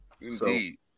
Indeed